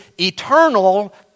eternal